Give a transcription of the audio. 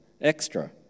Extra